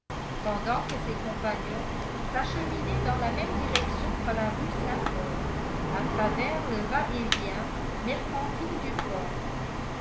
pendant que ses compagnons s'acheminaient dans la même direction par la rue saint-paul à travers le va-et-vient mercantile du port